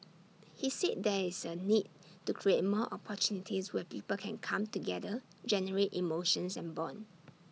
he said there is A need to create more opportunities where people can come together generate emotions and Bond